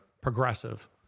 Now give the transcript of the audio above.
progressive